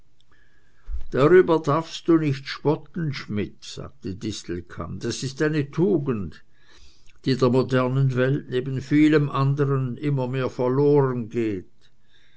darüber darfst du nicht spotten schmidt sagte distelkamp das ist eine tugend die der modernen welt neben vielem anderen immer mehr